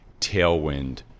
tailwind